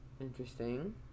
interesting